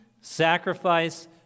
sacrifice